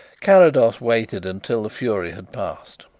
carrados waited until the fury had passed.